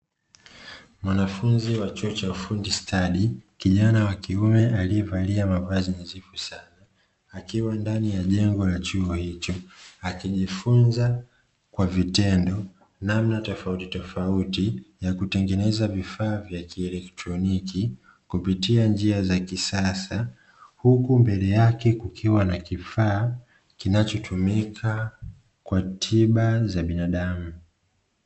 Mwanafunzi wa chuo cha ufundi stadi, kijana wa kiume aliyevalia mavazi nadhifu sana akiwa ndani ya jengo ya chuo hicho, akijifunza kwa vitendo namna tofautitofauti ya kutengeneza vifaa vya kielektroniki kupitia njia za kisasa. Huku mbele yake kukiwa na kifaa kinachotumika kwa tiba za binadamu.